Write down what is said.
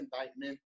indictment